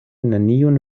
neniun